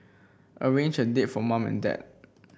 arrange a date for mum and dad